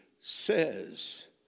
says